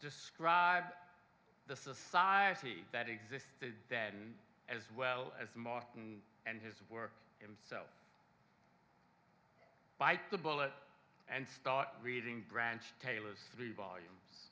describe the society that existed then as well as martin and his work and so bite the bullet and start reading branch taylor's three volumes